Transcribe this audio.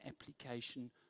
application